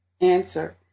Answer